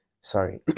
sorry